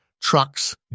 trucks